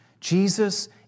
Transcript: Jesus